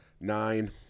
Nine